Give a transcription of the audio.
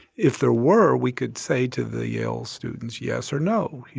if there were we could say to the yale students yes or no,